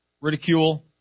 ridicule